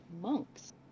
monks